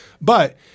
but-